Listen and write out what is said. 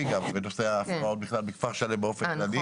גם בנושא ההפקעות בכלל בכפר שלם באופן כללי.